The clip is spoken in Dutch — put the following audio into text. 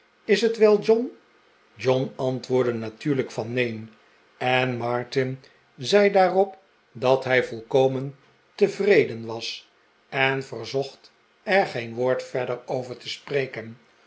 is t wel john john antwoordde natuurlijk van neen en martin zei daarop dat hij volkomen tevreden was en verzotht er geen woord verder over te spreken